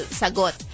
sagot